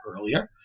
earlier